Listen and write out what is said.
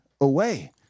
away